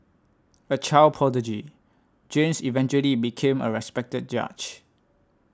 a child prodigy James eventually became a respected judge